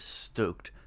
stoked